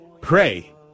pray